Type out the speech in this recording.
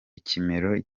ikimero